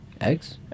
Eggs